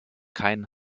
kein